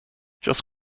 just